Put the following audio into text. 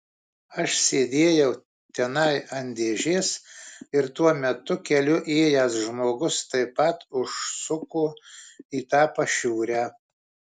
aš sėdėjau tenai ant dėžės ir tuo metu keliu ėjęs žmogus taip pat užsuko į tą pašiūrę